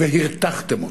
והרתחתם אותו.